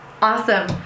Awesome